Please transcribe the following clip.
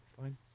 fine